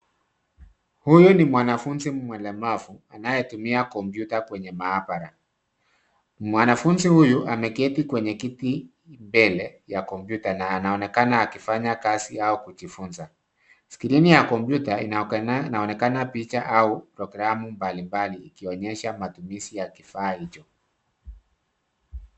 Huyu ni mwanafunzi mlemavu anayetumia kompyuta kwenye maabara. Mwanafunzi huyu, ameketi kwenye kiti mbele ya kompyuta na anaonekana akifanya kazi au kujifunza. Skrini ya kompyuta inaonekana picha au programu mbalimbali inayoonyesha matumizi ya kifaa hicho.